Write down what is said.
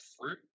fruit